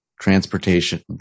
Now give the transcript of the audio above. transportation